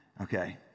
Okay